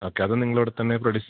okay അതും നിങ്ങളവിടത്തന്ന produce